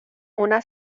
una